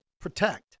protect